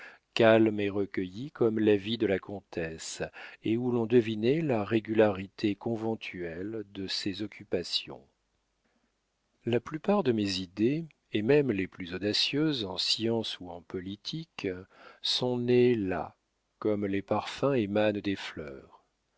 calme et recueilli comme la vie de la comtesse et où l'on devinait la régularité conventuelle de ses occupations la plupart de mes idées et même les plus audacieuses en science ou en politique sont nées là comme les parfums émanent des fleurs